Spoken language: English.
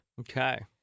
okay